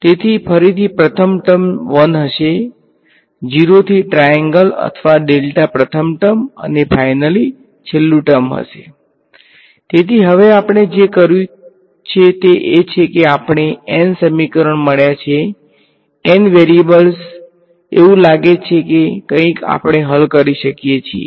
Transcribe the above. તેથી ફરીથી પ્રથમ ટર્મ 1 હશે 0 થી ટ્રાએન્ગલ અથવા ડેલ્ટા પ્રથમ ટર્મ અને ફાઈનલી છેલ્લુ ટર્મ હશે તેથી હવે આપણે જે કર્યું છે તે એ છે કે આપણને N સમીકરણ મળયાં છે N વેરીએબલ્સ એવું લાગે છે કે કંઈક આપણે હલ કરી શકીએ છીએ